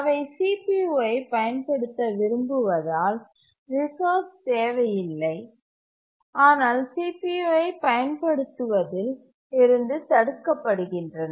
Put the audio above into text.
அவை CPU ஐப் பயன்படுத்த விரும்புவதால் ரிசோர்ஸ் தேவையில்லை ஆனால் CPUஐப் பயன் படுத்துவதில் இருந்து தடுக்கப்படுகின்றன